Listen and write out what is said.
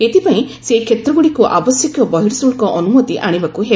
ଏଥିପାଇଁ ସେହି କ୍ଷେତ୍ରଗୁଡ଼ିକୁ ଆବଶ୍ୟକୀୟ ବହିଃଶୁଳ୍କ ଅନୁମତି ଆଶିବାକୁ ହେବ